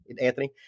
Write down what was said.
Anthony